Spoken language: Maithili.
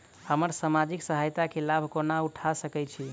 हम सामाजिक सहायता केँ लाभ कोना उठा सकै छी?